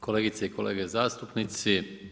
Kolegice i kolege zastupnici.